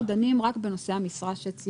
אנחנו דנים רק בנושאי המשרה.